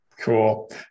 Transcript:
Cool